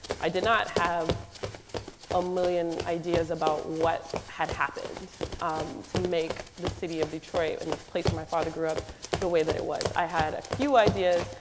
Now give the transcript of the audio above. i did not have a million ideas about what had happened to make the city of detroit and the place my father grew up the way that it was. i had a few ideas.